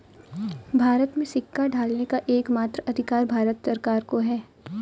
भारत में सिक्का ढालने का एकमात्र अधिकार भारत सरकार को है